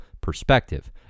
perspective